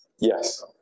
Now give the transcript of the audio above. Yes